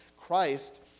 Christ